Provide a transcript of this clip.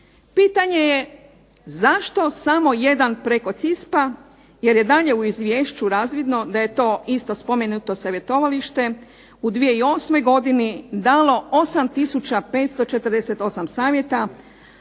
Pitanje je zašto samo jedan preko CISP-a jer je dalje u izvješću razvidno da je to isto spomenuto savjetovalište u 2008. godini dalo 8 tisuća 548 savjeta.